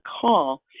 call